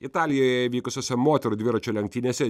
italijoje vykusiose moterų dviračių lenktynėse